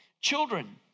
Children